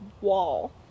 wall